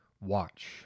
Watch